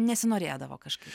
nesinorėdavo kažkaip